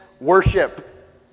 worship